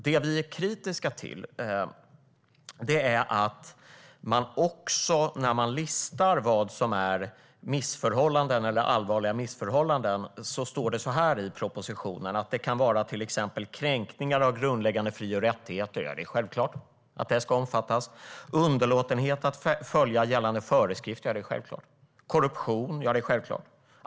Det vi är kritiska till är listan över vad som är missförhållanden eller allvarliga missförhållanden. Det står i propositionen att det kan vara till exempel kränkningar av grundläggande fri och rättigheter - självklart ska det omfattas - underlåtenhet att följa gällande föreskrifter - självklart - och korruption - också självklart.